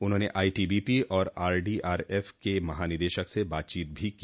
उन्होंने आईटीबीटी और आरडीआरएफ के महानिदेशक से बातचीत भी की